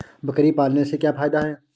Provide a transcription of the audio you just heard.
बकरी पालने से क्या फायदा है?